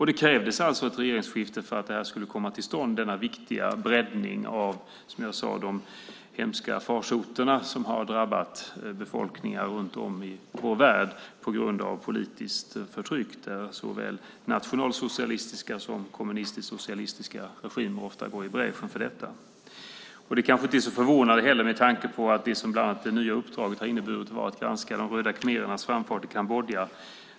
Det krävdes alltså ett regeringsskifte för att denna viktiga breddning skulle komma till stånd vad gäller de hemska farsoter som har drabbat befolkningar runt om i vår värld på grund av politiskt förtryck, där såväl nationalsocialistiska som kommunistiska och socialistiska regimer gått i bräschen. Det kanske inte är så förvånande heller, med tanke på att det nya uppdraget bland annat har inneburit att granska de röda khmerernas framfart i Kambodja.